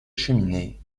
cheminée